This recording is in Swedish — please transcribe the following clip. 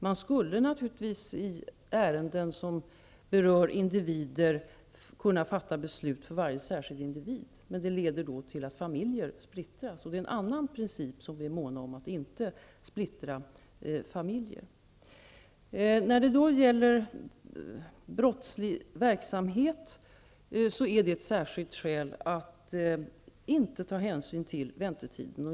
Man skulle naturligtvis kunna fatta beslut som rör varje enskild individ. Men det leder till att familjer splittras. Att inte splittra familjer är en annan princip som vi är måna om. Brottslig verksamhet är ett särskilt skäl för att inte ta hänsyn till väntetiden.